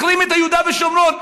מחרים את יהודה ושומרון.